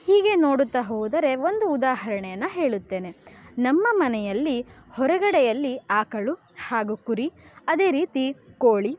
ಹೀಗೆ ನೋಡುತ್ತಾ ಹೋದರೆ ಒಂದು ಉದಾಹರಣೆಯನ್ನು ಹೇಳುತ್ತೇನೆ ನಮ್ಮ ಮನೆಯಲ್ಲಿ ಹೊರಗಡೆಯಲ್ಲಿ ಆಕಳು ಹಾಗೂ ಕುರಿ ಅದೇ ರೀತಿ ಕೋಳಿ